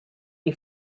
you